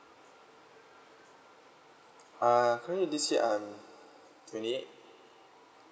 uh currently this year I'm twenty eight